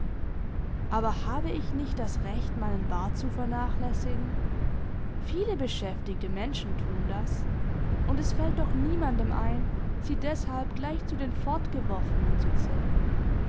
aber habe ich nicht das recht meinen bart zu vernachlässigen viele beschäftigte menschen tun das und es fällt doch niemandem ein sie deshalb gleich zu den fortgeworfenen zu zählen